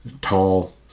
tall